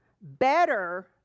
better